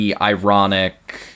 ironic